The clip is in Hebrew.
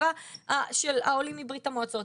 בחברה של העולים מברית המועצות.